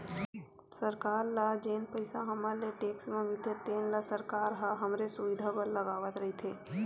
सरकार ल जेन पइसा हमर ले टेक्स म मिलथे तेन ल सरकार ह हमरे सुबिधा बर लगावत रइथे